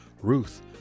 Ruth